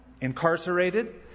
incarcerated